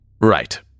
right